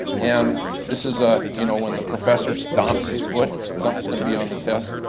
and this is ah you know when the professor stomps his foot, something's gonna be on the test.